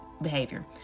Behavior